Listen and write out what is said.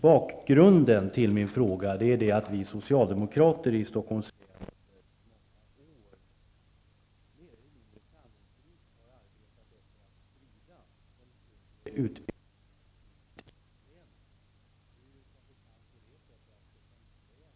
Bakgrunden till mina frågor är att vi socialdemokrater i Stockholms län under många år, mer eller mindre framgångsrikt, har arbetat för att sprida den högre utbildningen ut i länet. Stockholms län har som bekant i dag närmare 1,7 miljoner invånare, men huvuddelen eller i stort sett all högskoleutbildning är koncentrerad till den centrala delen av regionen.